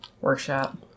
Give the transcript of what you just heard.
workshop